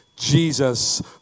Jesus